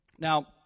Now